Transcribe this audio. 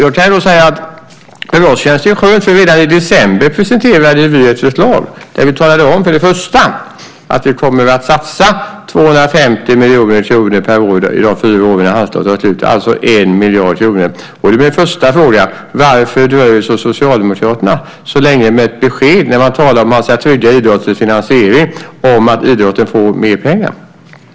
I dag känns det skönt, för redan i december presenterade vi ett förslag där vi talade om att vi kommer att satsa 250 miljoner kronor per år de fyra åren innan Handslaget tar slut, alltså 1 miljard kronor. Då är min första fråga: Varför dröjer Socialdemokraterna så länge med ett besked om att idrotten får mer pengar när man talar om att man ska trygga idrottens finansiering?